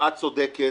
ויפעת צודקת,